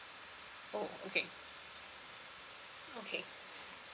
oh okay okay